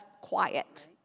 quiet